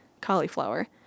cauliflower